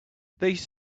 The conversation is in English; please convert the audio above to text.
these